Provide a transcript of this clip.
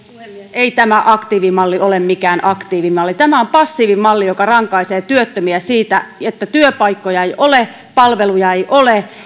ei tämä aktiivimalli ole mikään aktiivimalli tämä on passiivimalli joka rankaisee työttömiä siitä että työpaikkoja ei ole palveluja ei ole